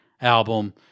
album